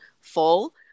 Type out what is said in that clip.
full